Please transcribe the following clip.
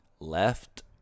Left